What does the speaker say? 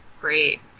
Great